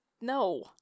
no